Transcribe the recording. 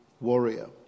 warrior